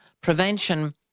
prevention